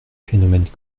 phénomènes